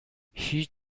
هیچ